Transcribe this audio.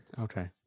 Okay